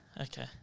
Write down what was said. Okay